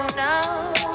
now